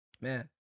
man